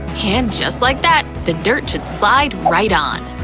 and just like that, the dirt should slide right on!